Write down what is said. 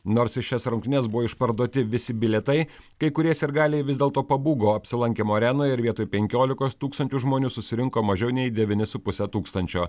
nors į šias rungtynes buvo išparduoti visi bilietai kai kurie sirgaliai vis dėlto pabūgo apsilankymo arenoj ir vietoj penkiolikos tūkstančių žmonių susirinko mažiau nei devyni su puse tūkstančio